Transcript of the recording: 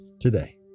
today